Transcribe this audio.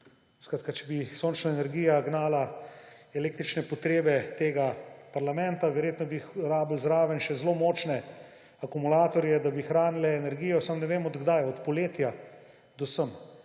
sonce, če bi sončna energija gnala električne potrebe tega parlamenta. Verjetno bi potrebovali zraven še zelo močne akumulatorje, da bi hranili energijo. Samo ne vem, od kdaj, od poletja do